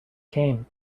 came